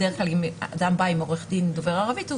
אם אדם בא עם עורך דין דובר ערבית הוא